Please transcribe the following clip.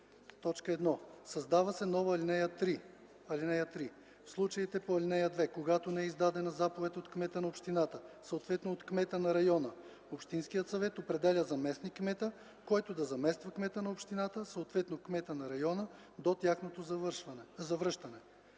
1. Създава се нова ал. 3: „(3) В случаите по ал. 2, когато не е издадена заповед от кмета на общината, съответно от кмета на района, общинският съвет определя заместник-кмета, който да замества кмета на общината, съответно – кмета на района, до тяхното завръщане.”